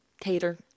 Tater